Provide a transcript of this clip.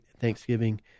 Thanksgiving